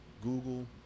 Google